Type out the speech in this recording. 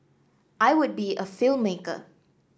I would be a film maker